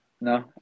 no